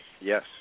Yes